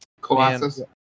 Colossus